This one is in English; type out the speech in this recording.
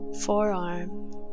Forearm